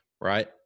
Right